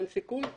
אין סיכוי?